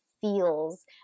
feels